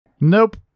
Nope